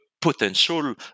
potential